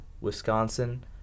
Wisconsin